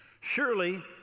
Surely